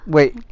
Wait